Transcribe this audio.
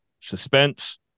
suspense